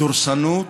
דורסנות